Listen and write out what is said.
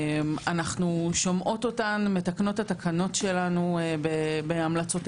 אנחנו שומעות אותם מתקנות את התקנות שלנו בהמלצותיהם,